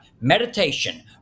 meditation